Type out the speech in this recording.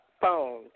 phone